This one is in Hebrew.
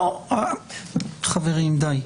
חברים, די.